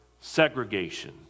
segregation